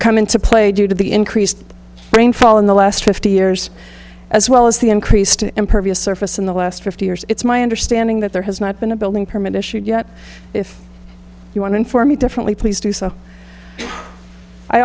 come into play due to the increased rainfall in the last fifty years as well as the increased impervious surface in the last fifty years it's my understanding that there has not been a building permit issued yet if you want to inform me differently please do so i